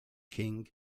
king